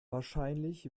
wahrscheinlich